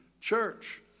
church